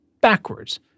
backwards